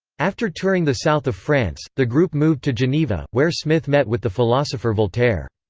after touring the south of france, the group moved to geneva, where smith met with the philosopher voltaire.